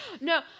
no